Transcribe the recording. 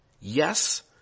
yes